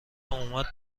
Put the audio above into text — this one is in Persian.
اومد